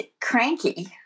cranky